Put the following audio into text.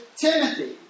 Timothy